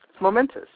momentous